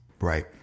Right